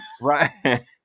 Right